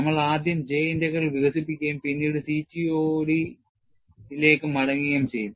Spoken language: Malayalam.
നമ്മൾ ആദ്യം J integral വികസിപ്പിക്കുകയും പിന്നീട് CTOD യിലേക്ക് മടങ്ങുകയും ചെയ്യും